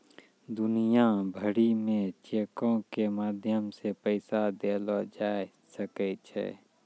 दुनिया भरि मे चेको के माध्यम से पैसा देलो जाय सकै छै